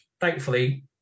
thankfully